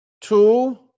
Two